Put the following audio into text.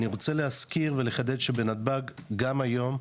אזכיר ואחדד שבנתב"ג גם היום,